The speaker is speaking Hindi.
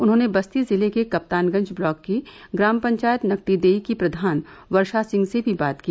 उन्होंने बस्ती जिले के कप्तानगंज ब्लॉक की ग्राम पंचायत नकटीदेई की प्रधान वर्षा सिंह से भी बात की